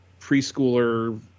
preschooler